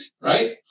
right